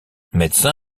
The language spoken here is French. médecin